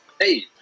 Hey